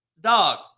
Dog